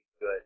good